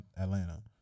Atlanta